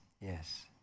Yes